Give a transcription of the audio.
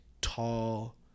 tall